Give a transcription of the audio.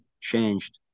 changed